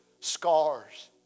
scars